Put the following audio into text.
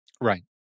Right